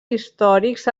històrics